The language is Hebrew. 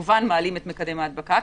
שכמובן מעלים את מקדם ההדבקה,